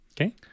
Okay